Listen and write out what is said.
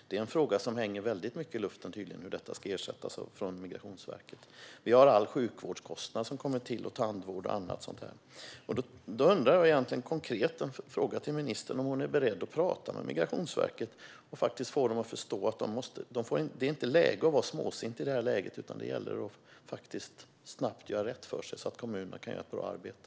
Det är en fråga som hänger väldigt mycket i luften hur detta ska ersättas av Migrationsverket. Till detta kommer sjukvårdskostnader och kostnader för tandvård. Min konkreta fråga till ministern är om hon är beredd att prata med Migrationsverket för att få Migrationsverket att förstå att det inte är läge att vara småsint, utan det gäller att snabbt göra rätt för sig så att kommunerna kan göra ett bra arbete.